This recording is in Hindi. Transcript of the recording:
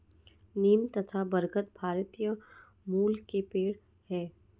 नीम तथा बरगद भारतीय मूल के पेड है